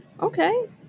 Okay